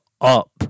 up